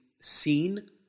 seen